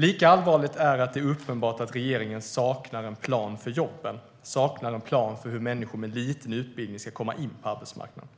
Lika allvarligt är att det är uppenbart att regeringen saknar en plan för jobben och för hur människor med lite utbildning ska komma in på arbetsmarknaden.